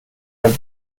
aviv